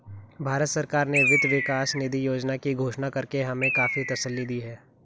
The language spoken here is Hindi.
भारत सरकार ने वित्त विकास निधि योजना की घोषणा करके हमें काफी तसल्ली दी है